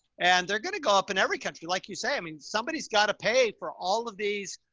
and they're going to go up in every country. like you say, i mean, somebody's got to pay for all of these,